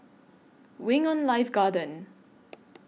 Wing on Life Garden